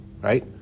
right